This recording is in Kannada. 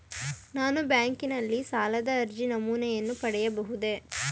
ನಾನು ಬ್ಯಾಂಕಿನಲ್ಲಿ ಸಾಲದ ಅರ್ಜಿ ನಮೂನೆಯನ್ನು ಪಡೆಯಬಹುದೇ?